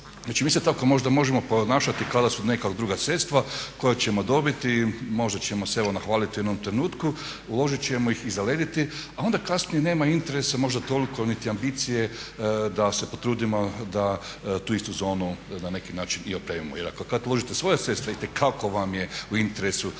Znači mi se tako možda možemo ponašati kada su neka druga sredstva koja ćemo dobiti, možda ćemo se evo nahvaliti u jednom trenutku, uložit ćemo ih i zalediti, a onda kasnije nema interesa možda toliko niti ambicije da se potrudimo da tu istu zonu na neki način i opremimo, jer kad uložite svoja sredstva itekako vam je u interesu